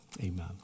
amen